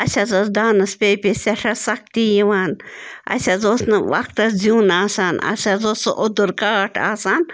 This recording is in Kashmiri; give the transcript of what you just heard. اَسہِ حظ اوس دانَس پے پے سٮ۪ٹھاہ سختی یِوان اَسہِ حظ اوس نہٕ وَقتَس زیُن آسان اَسہِ حظ اوس سُہ اوٚدُر کاٹھ آسان